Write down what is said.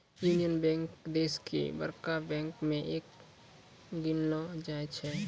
union Bank देश के बड़का बैंक मे एक गिनलो जाय छै